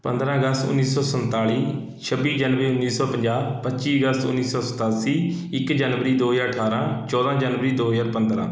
ਪੰਦਰਾਂ ਅਗਸਤ ਉੱਨੀ ਸੌ ਸੰਤਾਲੀ ਛੱਬੀ ਜਨਵਰੀ ਉੱਨੀ ਸੌ ਪੰਜਾਹ ਪੱਚੀ ਅਗਸਤ ਉੱਨੀ ਸੌ ਸਤਾਸੀ ਇੱਕ ਜਨਵਰੀ ਦੋ ਹਜ਼ਾਰ ਅਠਾਰ੍ਹਾਂ ਚੌਦਾਂ ਜਨਵਰੀ ਦੋ ਹਜ਼ਾਰ ਪੰਦਰਾਂ